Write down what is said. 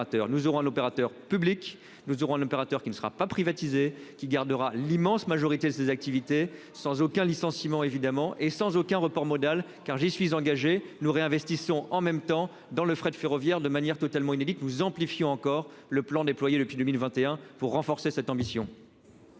Nous aurons l'opérateur public. Nous aurons un opérateur qui ne sera pas privatisée qui gardera l'immense majorité de ses activités sans aucun licenciement évidemment et sans aucun report modal car j'y suis engagé, nous réinvestissons en même temps dans le fret ferroviaire de manière totalement inédite. Nous amplifions encore le plan déployés depuis 2021 pour renforcer cette ambition.